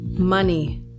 money